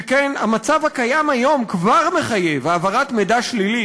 שכן המצב הקיים היום כבר מחייב העברת מידע שלילי,